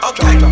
Okay